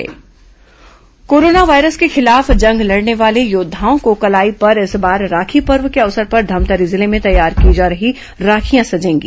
corona योद्धा Rakhi corona virus के खिलाफ जंग लड़ने वाले योद्वाओं की कलाई पर इस बार राखी पर्व के अवसर पर धमतरी जिले में तैयार की जा रही राखियां सजेंगी